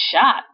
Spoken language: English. shot